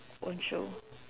own shoe